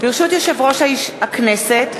ברשות יושב-ראש הכנסת,